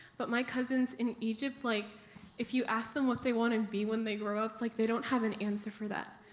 but my cousins in egypt, like if you ask them what they want to be when they grow up, like they don't have an answer for that.